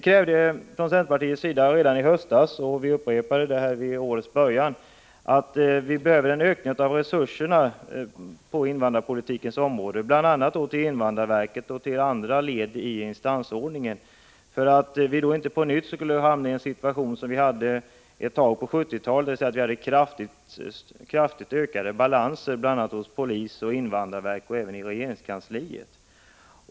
Från centerpartiets sida krävde vi redan i höstas, och vi upprepade vårt krav i början av detta år, ökade resurser på invandrarpolitikens område — bl.a. vad gäller invandrarverket och andra led i instansordningen — för att inte på nytt behöva hamna i samma situation som vi befann oss i ett tag på 1970-talet. Vi hade ju då kraftigt ökade balanser, bl.a. hos polisen, invandrarverket och även i regeringskansliet.